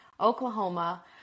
Oklahoma